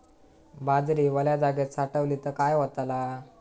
बाजरी वल्या जागेत साठवली तर काय होताला?